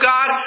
God